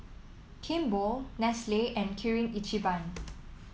Kimball Nestle and Kirin Ichiban